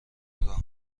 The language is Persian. نگاه